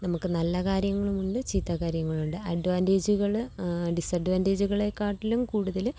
നമുക്ക് നല്ല കാര്യങ്ങളുമുണ്ട് ചീത്ത കാര്യങ്ങളുമുണ്ട് അഡ്വാൻറ്റേജുകള് ഡിസ്അഡ്വാൻറ്റേജുകളെ ക്കാട്ടിലും കൂടുതല്